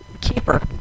Keeper